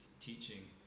teaching